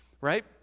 right